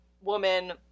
woman